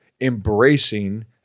embracing